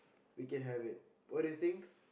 we can have it what do you think